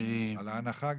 גם על ההנחה.